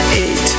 eight